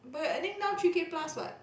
but you're earning now three K plus [what]